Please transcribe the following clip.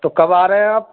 تو کب آ رہے ہیں آپ